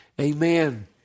Amen